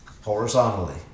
Horizontally